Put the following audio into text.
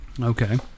Okay